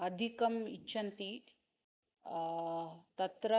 अधिकम् इच्छन्ति तत्र